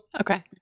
Okay